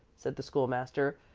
said the school-master.